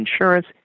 insurance